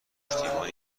پشتیبان